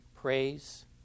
praise